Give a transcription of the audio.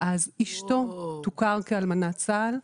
אז אשתו תוכר כאלמנת צה"ל,